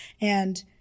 And-